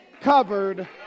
covered